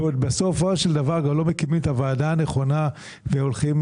ועוד בסופו של דבר לא מקימים את הוועדה הנכונה והולכים